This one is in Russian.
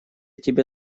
тебе